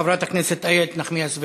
חברת הכנסת איילת נחמיאס ורבין.